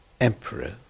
emperor